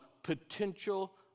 potential